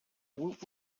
woot